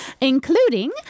Including